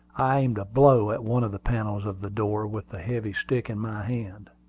i aimed a blow at one of the panels of the door with the heavy stick in my hand.